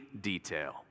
detail